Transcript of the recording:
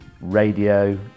radio